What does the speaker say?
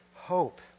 hope